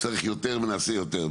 צריך יותר ונעשה יותר.